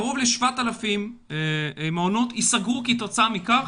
קרוב ל-7,000 מעונות יסגרו כתוצאה מכך